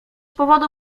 powodu